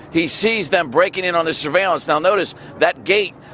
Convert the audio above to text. he sees them breaking in on this surveillance. now, notice that gate,